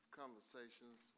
conversations